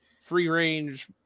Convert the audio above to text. free-range